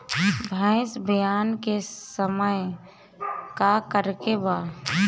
भैंस ब्यान के समय का करेके बा?